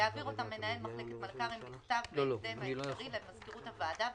יעביר אותם מנהל מחלקת המלכ"רים בכתב בהקדם האפשרי למזכירות הוועדה,